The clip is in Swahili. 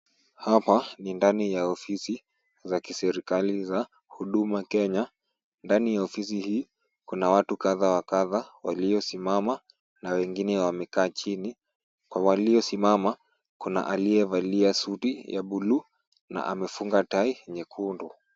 Hapa ni ndani ya ofisi za kiserikari za Huduma Kenya. Ndani ya ofisi hii kuna watu kadha wa kadha waliosimama na wengine wamekaa chini. Kwa waliosimama kuna aliyevalia suti ya buluu na amefunga tai nyekundu.